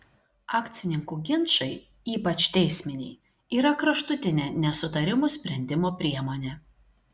akcininkų ginčai ypač teisminiai yra kraštutinė nesutarimų sprendimo priemonė